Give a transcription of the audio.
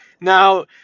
now